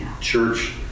church